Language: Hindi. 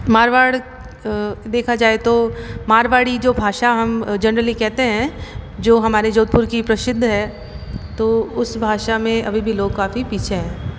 मारवाड़ देखा जाए तो मारवाड़ी जो भाषा हम जनरली कहते हैं जो हमारे जोधपुर की प्रसिद्ध है तो उस भाषा में अभी भी लोग काफ़ी पीछे हैं